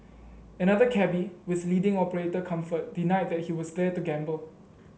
another cabby with leading operator Comfort denied that he was there to gamble